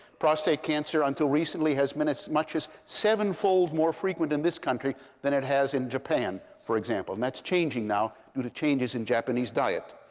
prostate cancer, until recently, has been as much as seven-fold more frequent in this country than it has in japan, for example. and that's changing now due to changes in japanese diet.